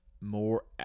more